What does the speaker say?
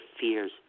fears